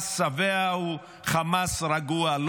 שחמאס שבע הוא חמאס רגוע.